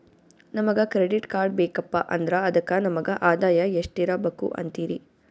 ನಮಗ credit card ಬೇಕಪ್ಪ ಅಂದ್ರ ಅದಕ್ಕ ನಮಗ ಆದಾಯ ಎಷ್ಟಿರಬಕು ಅಂತೀರಿ?